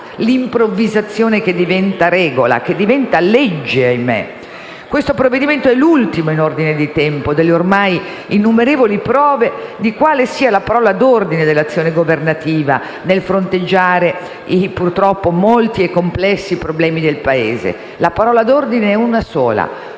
l'improvvisazione che diventa regola, che diventa legge, ahimè. Il provvedimento in discussione è l'ultimo in ordine di tempo delle ormai innumerevoli prove di quale sia la parola d'ordine dell'azione governativa nel fronteggiare i purtroppo molti e complessi problemi del Paese. La parola d'ordine è una sola: